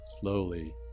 slowly